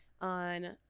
on